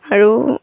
আৰু